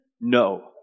No